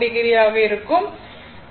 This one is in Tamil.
4o ஆக இருக்கும்